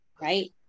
right